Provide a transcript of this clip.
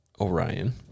Orion